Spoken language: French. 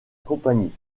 compagnie